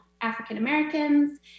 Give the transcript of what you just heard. African-Americans